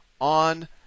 on